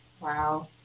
Wow